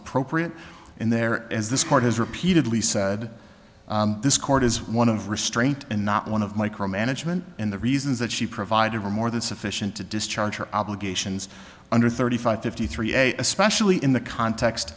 appropriate in there as this court has repeatedly said this court is one of restraint and not one of micro management in the reasons that she provided or more than sufficient to discharge her obligations under thirty five fifty three a especially in the context